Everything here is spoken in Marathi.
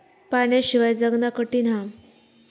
पाण्याशिवाय जगना कठीन हा